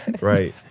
Right